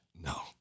No